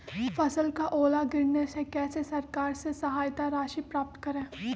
फसल का ओला गिरने से कैसे सरकार से सहायता राशि प्राप्त करें?